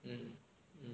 mm mm